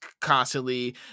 constantly